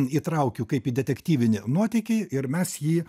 įtraukiu kaip į detektyvinį nuotykį ir mes jį